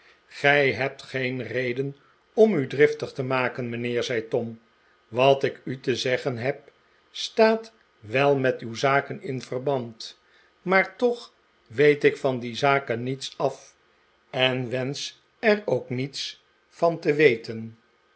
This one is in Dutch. gij hebt geen reden om u driftig te maken mijnheer zei tom wat ik u te zeggen heb staat wel met uw zaken in verband maar toch weet ik van die zaken niets af en wensch er ook niets van te weten